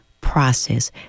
process